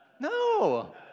No